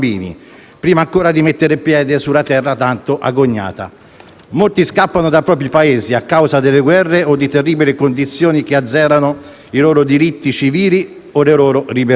prima ancora di mettere piede sulla terra tanto agognata. Molti scappano dai propri Paesi a causa delle guerre o di terribili condizioni che azzerano i loro diritti civili o le loro libertà.